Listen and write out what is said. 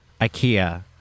ikea